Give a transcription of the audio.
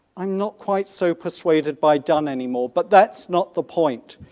i'm not quite so persuaded by donne anymore, but that's not the point.